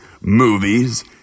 movies